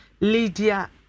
Lydia